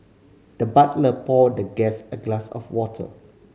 the butler poured the guest a glass of water